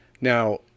Now